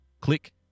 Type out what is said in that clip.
Click